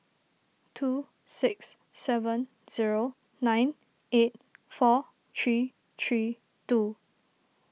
two six seven zero nine eight four three three two